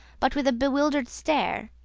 but with a bewildered stare.